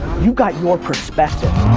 you got your perspective.